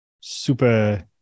super